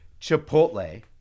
Chipotle